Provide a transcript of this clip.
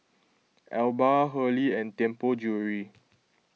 Alba Hurley and Tianpo Jewellery